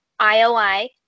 IOI